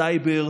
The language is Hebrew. הסייבר,